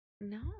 no